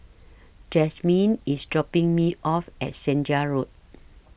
Jazmyn IS dropping Me off At Senja Road